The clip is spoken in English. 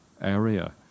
area